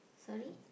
sorry